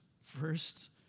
first